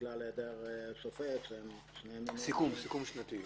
בגלל היעדר שופט --- סיכום שנתי.